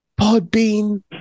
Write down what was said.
Podbean